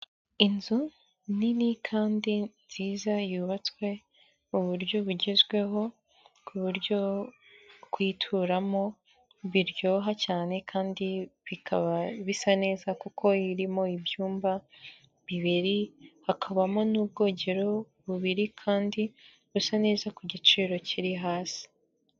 Inzu nini kandi nziza yubatswe mu buryo bugezweho ku buryo kuyituramo biryoha cyane kandi bikaba bisa neza kuko irimo ibyumba bibiri, hakabamo n'ubwogero bubiri kandi busa neza ku giciro kiri hasi.